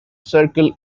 circle